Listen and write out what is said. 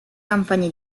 campagne